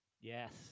Yes